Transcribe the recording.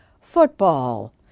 football